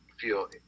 feel